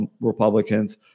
Republicans